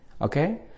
Okay